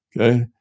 Okay